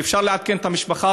שאפשר לעדכן בהם את המשפחה,